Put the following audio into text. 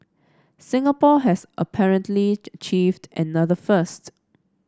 Singapore has apparently achieved another first